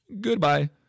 goodbye